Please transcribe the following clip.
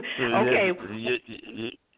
Okay